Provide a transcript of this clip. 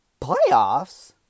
Playoffs